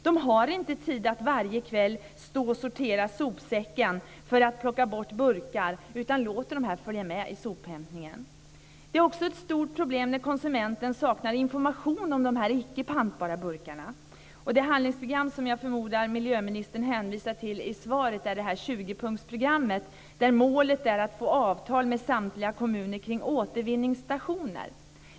De har inte tid att varje kväll stå och sortera sopsäcken för att plocka bort burkar utan låter dem följa med i sophämtningen. Det är också ett stort problem när konsumenten saknar information om de icke pantbara burkarna. Det handlingsprogram som jag förmodar miljöministern hänvisar till i svaret är "20-punktsprogrammet" där målet är att få avtal med samtliga kommuner kring återvinningsstationer.